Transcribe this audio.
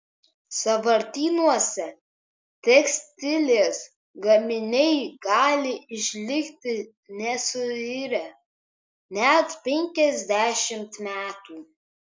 sąvartynuose tekstilės gaminiai gali išlikti nesuirę net penkiasdešimt metų